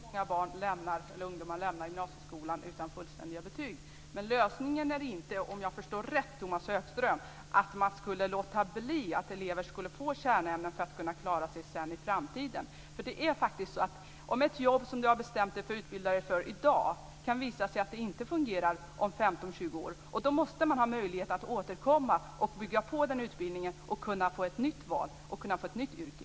Fru talman! Det är klart att det är allvarligt att så många ungdomar lämnar gymnasieskolan utan fullständiga betyg. Men lösningen är inte - om jag förstod Tomas Högström rätt - att man skulle låta bli att ge elever undervisning i kärnämnen, så att de sedan ska klara sig i framtiden. Om du har bestämt dig för att utbilda dig för ett jobb i dag, men det visar sig att det inte fungerar om 15, 20 år, måste du ha möjlighet att återkomma och bygga på utbildningen för att kunna göra ett nytt val och få ett nytt yrke.